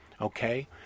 Okay